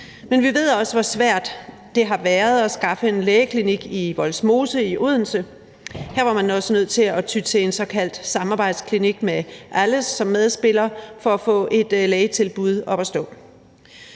Men vi ved også, hvor svært det har været at skaffe en lægeklinik i Vollsmose i Odense; her var man også nødt til at ty til en såkaldt samarbejdsklinik med alles Lægehus som medspiller for at få et lægetilbud op at stå.